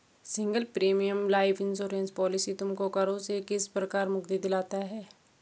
Single premium life insurance policy तुमको करों से किस प्रकार मुक्ति दिलाता है?